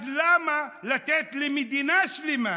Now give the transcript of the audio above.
אז למה לתת למדינה שלמה